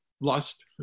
lust